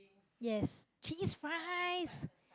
yes cheese fries